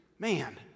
man